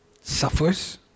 suffers